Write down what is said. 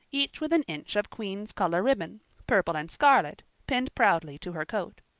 each with an inch of queen's color ribbon purple and scarlet pinned proudly to her coat.